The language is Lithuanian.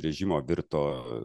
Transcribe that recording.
režimo virto